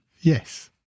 Yes